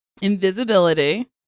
Invisibility